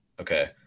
Okay